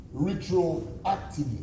retroactively